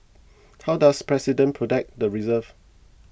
how does president protect the reserves